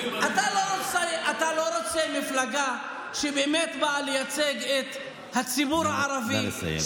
אתה לא רוצה מפלגה שבאמת באה לייצג את הציבור הערבי,